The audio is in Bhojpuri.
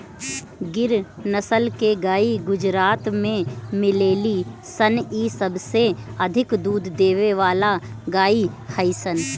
गिर नसल के गाई गुजरात में मिलेली सन इ सबसे अधिक दूध देवे वाला गाई हई सन